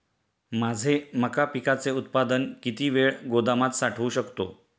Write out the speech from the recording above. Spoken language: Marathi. माझे मका पिकाचे उत्पादन किती वेळ गोदामात साठवू शकतो?